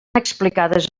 explicades